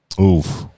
Oof